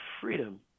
freedom